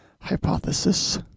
hypothesis